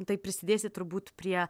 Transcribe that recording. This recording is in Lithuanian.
taip prisidėsit turbūt prie